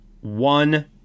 one